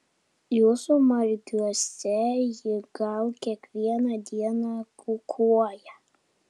jūsų margiuose ji gal kiekvieną dieną kukuoja